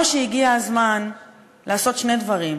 או שהגיע הזמן לעשות שני דברים: